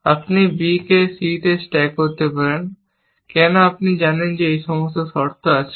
আপনি B কে C তে স্ট্যাক করতে পারেন কেন আপনি জানেন যে সমস্ত শর্ত আছে